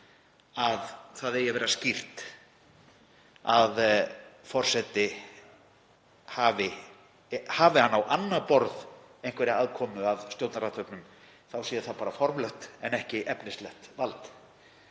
það að vera skýrt að hafi forseti á annað borð einhverja aðkomu að stjórnarathöfnum þá sé það bara formlegt en ekki efnislegt vald.